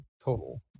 total